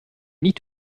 need